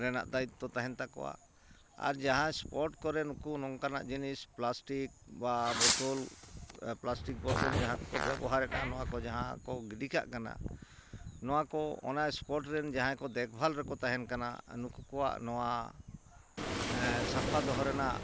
ᱨᱮᱱᱟᱜ ᱫᱟᱭᱤᱛᱛᱚ ᱛᱟᱦᱮᱱ ᱛᱟᱠᱚᱣᱟ ᱟᱨ ᱡᱟᱦᱟᱸ ᱥᱯᱚᱴ ᱠᱚᱨᱮ ᱱᱩᱠᱩ ᱱᱚᱝᱠᱟᱱᱟᱜ ᱡᱤᱱᱤᱥ ᱯᱞᱟᱥᱴᱤᱠ ᱵᱟ ᱵᱳᱛᱳᱞ ᱯᱞᱟᱥᱴᱤᱠ ᱵᱳᱛᱳᱞ ᱡᱟᱦᱟᱸ ᱠᱚ ᱵᱮᱵᱟᱨᱮᱫᱼᱟ ᱱᱚᱣᱟ ᱠᱚ ᱡᱟᱦᱟᱠᱚ ᱜᱤᱰᱤ ᱠᱟᱜ ᱠᱟᱱᱟ ᱱᱚᱣᱟ ᱠᱚ ᱚᱱᱟ ᱥᱯᱚᱴ ᱨᱮᱱ ᱡᱟᱦᱟᱭ ᱠᱚ ᱫᱮᱠᱵᱷᱟᱞ ᱨᱮᱠᱚ ᱛᱟᱦᱮᱱ ᱠᱟᱱᱟ ᱱᱩᱠᱩ ᱠᱚᱣᱟᱜ ᱱᱚᱣᱟ ᱥᱟᱯᱷᱟ ᱫᱚᱦᱚ ᱨᱮᱱᱟᱜ